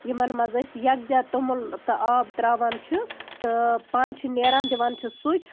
ٲسۍ یَکجہ تۄمُل تہٕ آب تراوان چھِ تہٕ پانہٕ چھِ نیران دِوان چھِس سُچ